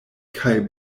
kaj